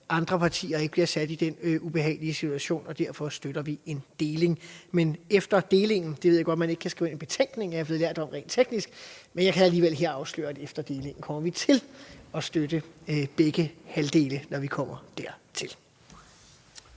andre partier ikke bliver sat i den ubehagelige situation, og derfor støtter vi en deling. Jeg ved godt, at man rent teknisk ikke kan skrive det ind i betænkningen, hvilket jeg er blevet belært om, men jeg kan alligevel her afsløre, at efter delingen kommer vi til at støtte begge halvdele, når vi kommer dertil.